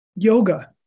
Yoga